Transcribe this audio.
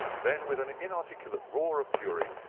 then, with an inarticulate roar of fury,